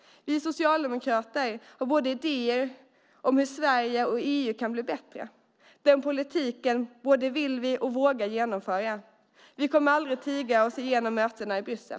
Vi socialdemokrater har idéer om hur Sverige och EU kan bli bättre. Den politiken både vill vi och vågar vi genomföra. Vi kommer aldrig att tiga oss igenom mötena i Bryssel.